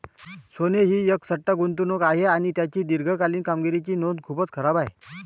सोने ही एक सट्टा गुंतवणूक आहे आणि त्याची दीर्घकालीन कामगिरीची नोंद खूपच खराब आहे